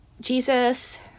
jesus